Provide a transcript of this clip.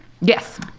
yes